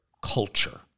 culture